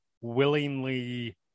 willingly